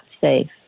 safe